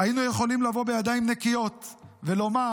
היינו יכולים לבוא בידיים נקיות ולומר: